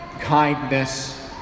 kindness